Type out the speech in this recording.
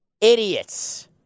Idiots